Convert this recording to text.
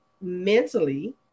mentally